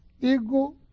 Ego